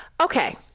Okay